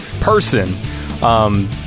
person